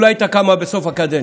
אולי הייתה קמה בסוף הקדנציה.